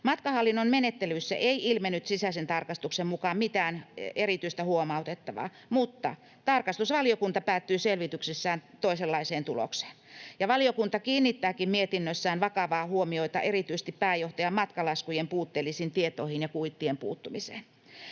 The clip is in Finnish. Matkahallinnon menettelyissä ei ilmennyt sisäisen tarkastuksen mukaan mitään erityistä huomautettavaa, mutta tarkastusvaliokunta päätyi selvityksessään toisenlaiseen tulokseen, ja valiokunta kiinnittääkin mietinnössään vakavaa huomiota erityisesti pääjohtajan matkalaskujen puutteellisiin tietoihin ja kuittien puuttumiseen.